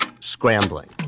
scrambling